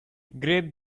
grape